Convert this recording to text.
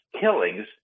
killings